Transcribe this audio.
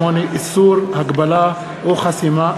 58) (איסור הגבלה או חסימה),